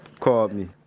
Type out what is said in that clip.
called me?